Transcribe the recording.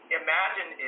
imagine